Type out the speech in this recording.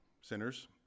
sinners